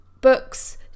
books